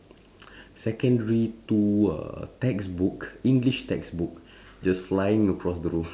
secondary two uh textbook english textbook just flying across the roof